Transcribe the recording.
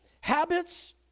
Habits